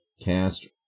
cast